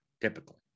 typically